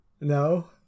No